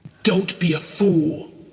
don't be a fool.